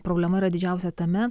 problema yra didžiausia tame